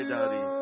Daddy